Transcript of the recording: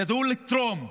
ידעו לתרום.